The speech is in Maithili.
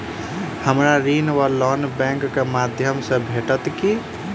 हमरा ऋण वा लोन बैंक केँ माध्यम सँ भेटत की?